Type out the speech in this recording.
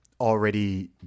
already